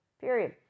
period